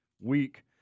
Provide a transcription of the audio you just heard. week